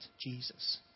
Jesus